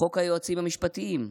חוק היועצים המשפטיים,